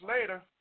later